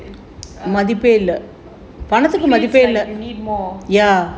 it feels like you need more